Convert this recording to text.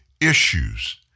issues